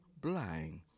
blind